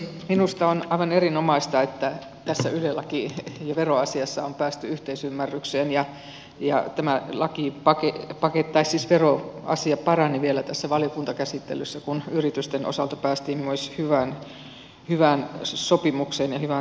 minusta on aivan erinomaista että tässä yle laki ja veroasiassa on päästy yhteisymmärrykseen ja tämä veroasia parani vielä tässä valiokuntakäsittelyssä kun yritysten osalta päästiin myös hyvään sopimukseen ja hyvään tulokseen